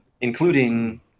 including